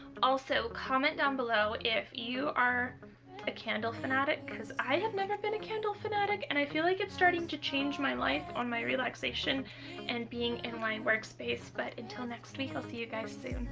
also comment down below if you are a candle fanatic because i have never been a candle fanatic and i feel like it's starting to change my life on my relaxation and being in my work space but until next week i'll see you guys soon!